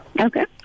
okay